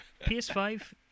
PS5